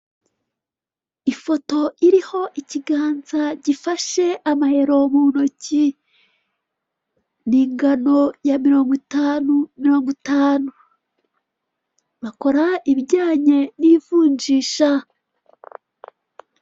Ifoto iriho ikiganza gifashe abahero mu ntoki, n'ingano ya mirongo itanu, mirongo itanu. Bakora ibijyanye n'ivunjisha.